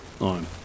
on